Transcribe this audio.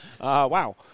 Wow